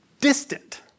distant